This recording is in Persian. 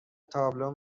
تابلو